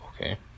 Okay